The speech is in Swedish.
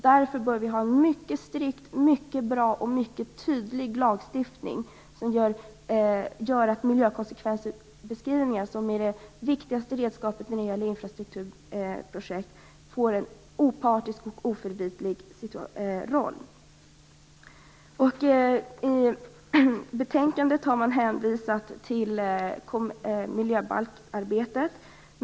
Därför bör vi ha en mycket strikt, mycket bra och mycket tydlig lagstiftning som gör att miljökonsekvensbeskrivningar, som är det viktigaste redskapet när det gäller infrastrukturprojekt, får en opartisk och oförvitlig roll. I betänkandet hänvisas till arbetet med miljöbalken.